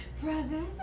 Brothers